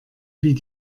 wie